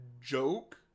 joke